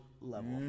level